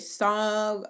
song